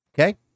Okay